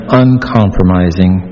uncompromising